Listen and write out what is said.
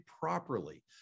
properly